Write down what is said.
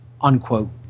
unquote